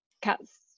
cats